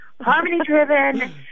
harmony-driven